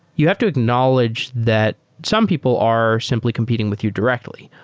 you have to acknowledge that some people are simply competing with you directly.